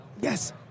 Yes